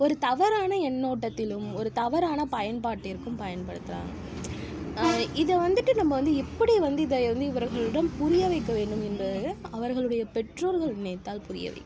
ஒரு தவறான எண்ணோட்டத்திலும் ஒரு தவறான பயன்பாட்டிற்கும் பயன்படுத்துகிறாங்க இதை வந்துட்டு நம்ம வந்து எப்படி வந்து இதை வந்து இவர்களிடம் புரியவைக்க வேண்டும் என்பது அவர்களுடைய பெற்றோர்கள் நினைத்தால் புரியவைக்கலாம்